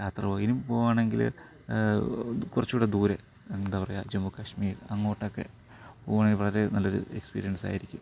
യാത്ര പോയി ഇനി പോകുവാണെങ്കില് കുറച്ചും കൂടെ ദൂരെ എന്താ പറയുക ജമ്മു കാശ്മീർ അങ്ങോട്ടൊക്കെ പോകുവാണെങ്കിൽ വളരെ നല്ലൊരു എക്സ്പിരിയൻസ് ആയിരിക്കും